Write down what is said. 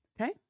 Okay